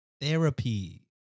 therapy